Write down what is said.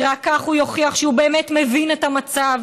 כי רק כך הוא יוכיח שהוא באמת מבין את המצב,